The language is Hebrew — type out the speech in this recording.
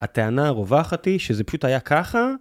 הטענה הרווחת היא שזה פשוט היה ככה